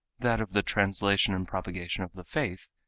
that of the translation and propagation of the faith,